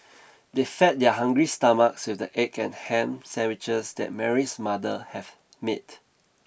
they fed their hungry stomachs with the egg and ham sandwiches that Mary's mother have made